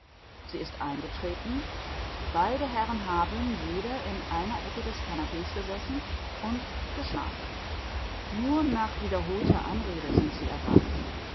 sie ist eingetreten beide herren haben jeder in einer ecke des canapee's gesessen und geschnarcht nur nach wiederholter anrede sind sie erwacht